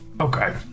Okay